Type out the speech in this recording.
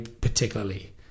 particularly